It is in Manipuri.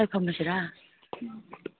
ꯁ꯭ꯋꯥꯏꯗ ꯐꯝꯃꯁꯤꯔꯥ ꯎꯝ